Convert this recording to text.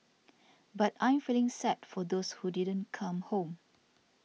but I am feeling sad for those who didn't come home